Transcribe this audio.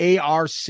ARC